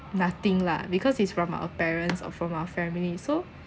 nothing lah because it's from our parents or from our family so